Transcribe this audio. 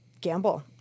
gamble